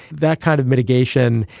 that kind of mitigation,